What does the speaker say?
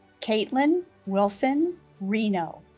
kaitlin wilson reno